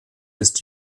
ist